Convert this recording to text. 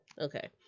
Okay